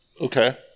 Okay